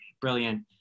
brilliant